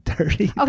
Okay